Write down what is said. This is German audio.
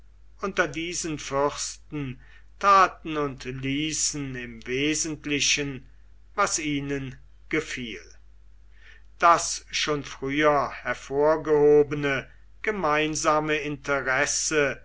unter diesen fürsten taten und ließen im wesentlichen was ihnen gefiel das schon früher hervorgehobene gemeinsame interesse